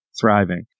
thriving